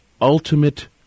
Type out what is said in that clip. ultimate